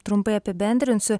trumpai apibendrinsiu